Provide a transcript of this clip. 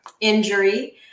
injury